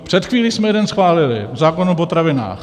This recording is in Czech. Před chvílí jsme jeden schválili zákon o potravinách.